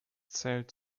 zählt